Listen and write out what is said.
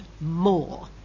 more